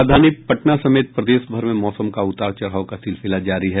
राजधानी पटना समेत प्रदेश भर में मौसम का उतार चढ़ाव का सिलसिला जारी है